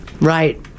Right